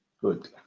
Good